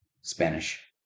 Spanish